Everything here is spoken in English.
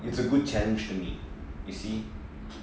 it's a good challenge to me you see